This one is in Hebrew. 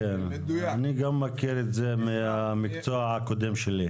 אני גם מכיר את זה מהמקצוע הקודם שלי.